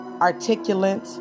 articulate